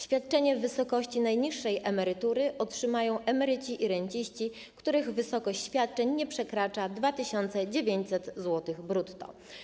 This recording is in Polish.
Świadczenie w wysokości najniższej emerytury otrzymają emeryci i renciści, których wysokość świadczeń nie przekracza 2900 zł brutto.